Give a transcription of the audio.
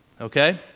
okay